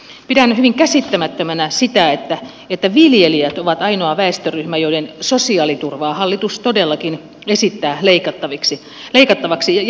pidän hyvin käsittämättömänä sitä että viljelijät ovat ainoa väestöryhmä jonka sosiaaliturvaa hallitus todellakin esittää leikattavaksi